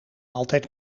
altijd